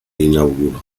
inaugurale